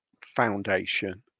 foundation